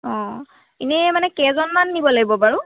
অঁ ইনেই মানে কেইজন মান নিব লাগিব বাৰু